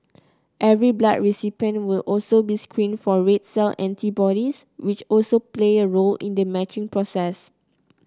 every blood recipient will also be screened for red cell antibodies which also play a role in the matching process